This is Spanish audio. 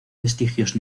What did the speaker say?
vestigios